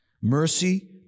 Mercy